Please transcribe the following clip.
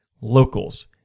locals